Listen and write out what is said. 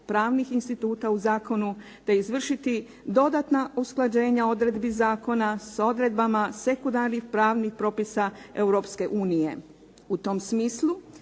pravnih instituta u zakonu te izvršiti dodatna usklađenja odredbi zakona s odredbama sekundarnih pravnih propisa Europske unije. U tom smislu